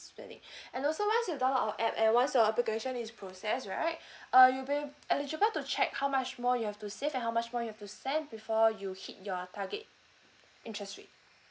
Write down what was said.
spending and also once you download our app and once your application is process right uh you ab~ eligible to check how much more you have to save and how much more you've to spend before you hit your target interest rate